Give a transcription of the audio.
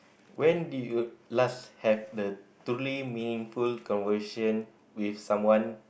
when did you last have the totally meaningful conversation with someone